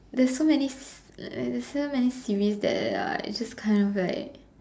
there's so many there's so many s~ series that uh I just kind of like